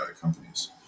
companies